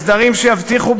הסדרים שיבטיחו,